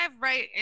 right